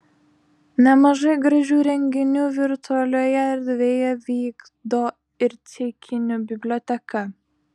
nemažai gražių renginių virtualioje erdvėje vykdo ir ceikinių biblioteka